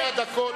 אבל